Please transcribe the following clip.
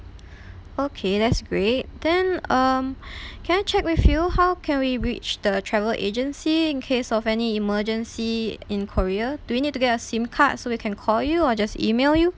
okay that's great then um can I check with you how can we reach the travel agency in case of any emergency in korea do we need to get a SIM card so we can call you or just email you